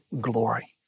glory